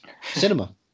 Cinema